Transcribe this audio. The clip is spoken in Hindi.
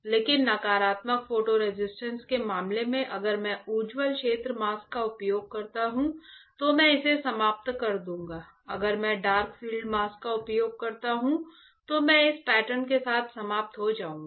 लेकिन नकारात्मक फोटो रेसिस्ट के मामले में अगर मैं उज्ज्वल क्षेत्र मास्क का उपयोग करता हूं तो मैं इसे समाप्त कर दूंगा अगर मैं डार्क फील्ड मास्क का उपयोग करता हूं तो मैं इस पैटर्न के साथ समाप्त हो जाऊंगा